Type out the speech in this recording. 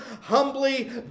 humbly